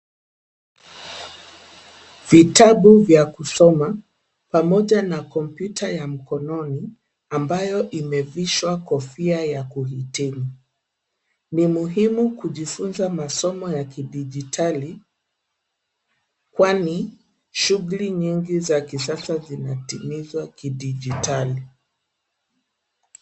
Vitabu vya kusoma, pamoja na kompyuta ya mkononi ambayo imevishwa kofia ya kuhitimu , ni muhimu kujifunza masomo ya kidigitali, kwani shughuli nyingi za kisasa zinatimiswa kidigitali.